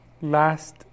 last